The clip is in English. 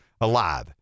alive